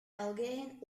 ergehen